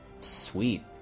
Sweet